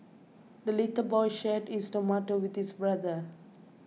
the little boy shared his tomato with his brother